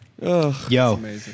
Yo